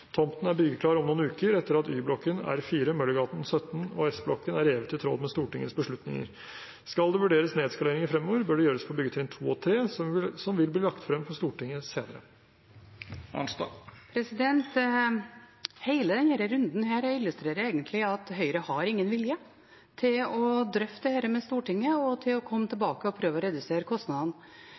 Tomten er byggeklar om noen uker, etter at Y-blokken, R4, Møllergata 17 og S-blokken er revet, i tråd med Stortingets beslutninger. Skal det vurderes nedskaleringer fremover, bør det gjøres på byggetrinn 2 og 3, som vil bli lagt frem for Stortinget senere. Hele denne runden illustrerer egentlig at Høyre ikke har noen vilje til å drøfte dette med Stortinget, til å komme tilbake og prøve å redusere kostnadene.